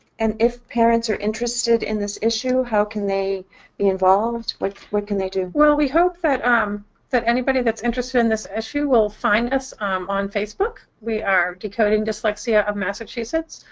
and if parents are interested in this issue, how can they be involved? what what can they do? well, we hope that um that anybody that's interested in this issue will find us um on facebook. we are decoding dyslexia of massachusetts.